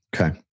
Okay